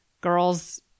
girls